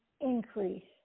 increase